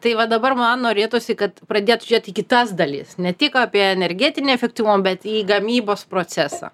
tai va dabar man norėtųsi kad pradėt žiūrėt į kitas dalis ne tik apie energetinį efektyvumą bet į gamybos procesą